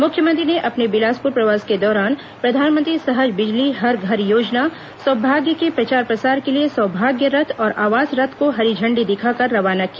मुख्यमंत्री ने अपने बिलासपुर प्रवास के दौरान प्रधानमंत्री सहज बिजली हर घर योजना सौभाग्य के प्रचार प्रसार के लिए सौभाग्य रथ और आवास रथ को हरी झण्डी दिखाकर रवाना किया